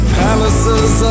palaces